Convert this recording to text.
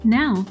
now